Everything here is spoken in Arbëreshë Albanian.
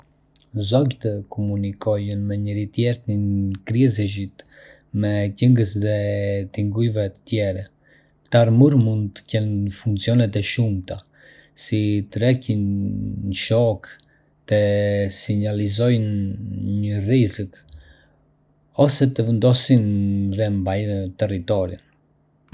Zogjtë komunikojnë me njëri-tjetrin kryesisht me këngës dhe tingujve të tjerë. Kta rëmur mund të kenë funksione të shumta, si të tërheqin një shoqe, të sinjalizojnë një rrezik, ose të vendosin dhe mbajnë territorin.